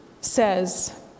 says